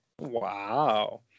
Wow